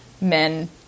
men